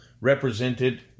represented